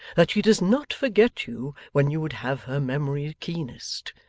that she does not forget you when you would have her memory keenest.